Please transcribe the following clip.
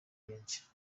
benshi